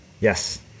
Yes